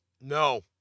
No